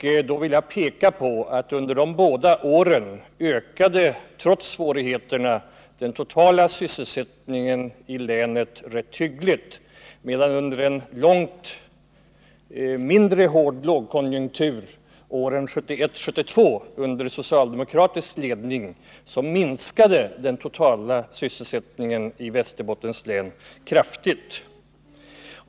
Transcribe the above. Jag vill peka på att under de båda åren ökade trots svårigheterna den totala sysselsättningen i Västerbottens län rätt h :ggligt, medan den i en långt mindre hård lågkonjunktur åren 1971-1972 u1der socialdemoxratisk ledning minskade kraftigt.